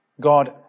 God